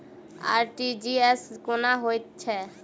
RTGS कोना होइत छै?